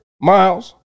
miles